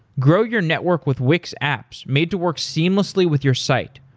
grow your network with wix apps made to work seamlessly with your site.